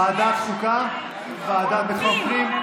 לוועדה לביטחון הפנים.